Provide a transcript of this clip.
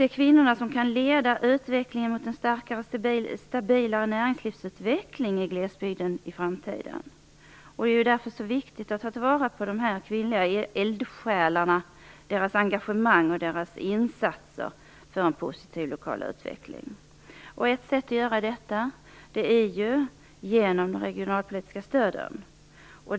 Det är kvinnorna som kan leda utvecklingen mot en starkare och stabilare näringslivsutveckling i glesbygden i framtiden. Det är därför så viktigt att ta till vara de kvinnliga eldsjälarna, deras engagemang och deras insatser för en positiv lokal utveckling. Ett sätt att göra detta är ju genom de regionalpolitiska stöden.